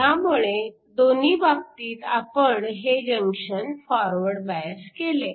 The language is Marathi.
त्यामुळे दोन्ही बाबतीत आपण हे जंक्शन फॉरवर्ड बायस केले